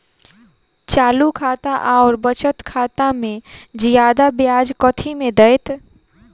चालू खाता आओर बचत खातामे जियादा ब्याज कथी मे दैत?